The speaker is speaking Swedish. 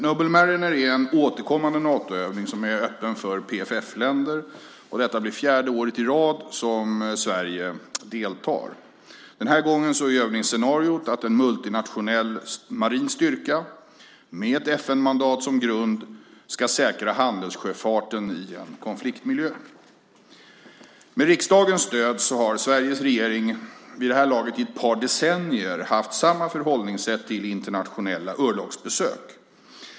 Noble Mariner är en återkommande Natoövning öppen för PFF-länder, och detta blir fjärde året i rad som Sverige deltar. Denna gång är övningsscenariot att en multinationell marin styrka, med ett FN-mandat som grund, ska säkra handelssjöfarten i en konfliktmiljö. Med riksdagens stöd har Sveriges regering vid det här laget i ett par decennier haft samma förhållningssätt till internationella örlogsbesök.